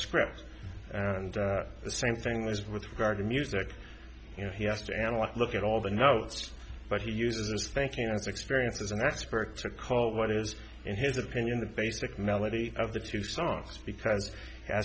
script and the same thing was with regard to music you know he has to analyze look at all the notes but he uses a spanking and experience as an expert to call what is in his opinion the basic melody of the two songs because